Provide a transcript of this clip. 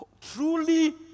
truly